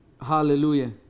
Hallelujah